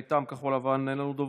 מטעם כחול לבן אין לנו דוברים.